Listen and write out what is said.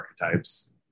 archetypes